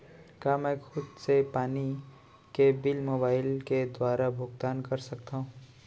का मैं खुद से पानी के बिल मोबाईल के दुवारा भुगतान कर सकथव?